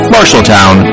Marshalltown